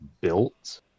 built